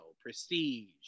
Prestige